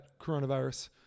coronavirus